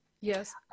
Yes